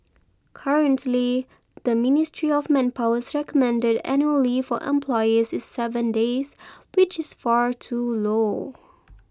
currently the ministry of manpower's recommended annual leave for employees is seven days which is far too low